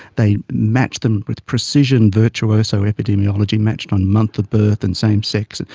they matched them with precision virtuoso epidemiology, matched on month of birth and same sex, and